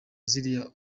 ziriya